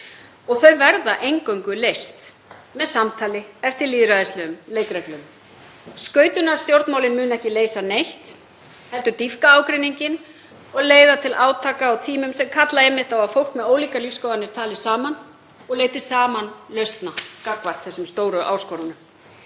Þau verða eingöngu leyst með samtali eftir lýðræðislegum leikreglum. Skautunarstjórnmálin munu ekki leysa neitt heldur dýpka ágreininginn og leiða til átaka á tímum sem kalla einmitt á að fólk með ólíkar lífsskoðanir tali saman og leiti saman lausna gagnvart þessum stóru áskorunum.